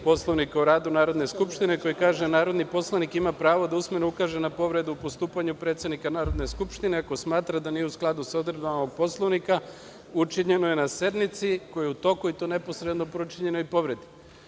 Poslovnika o radu Narodne skupštine koji kaže da – narodni poslanik ima pravo da usmeno ukaže na povredu postupanja predsednika Narodne skupštine, ako smatra da nije u skladu sa odredbama Poslovnika učinjenoj na sednici, koja je u toku i to neposredno po učinjenoj povredi.